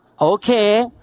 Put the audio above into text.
Okay